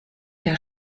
der